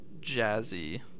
jazzy